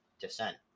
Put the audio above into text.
descent